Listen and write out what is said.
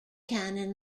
canon